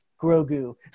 grogu